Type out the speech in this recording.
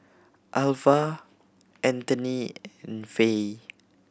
Alvah Antony and Faye